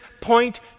point